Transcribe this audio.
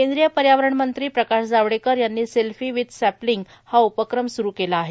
केंद्रीय पर्यावरण मंत्री प्रकाश जावडेकर यांनी सेल्फी विथ सॅपलिंग हा उपक्रम स्रू केला आहे